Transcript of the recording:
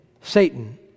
Satan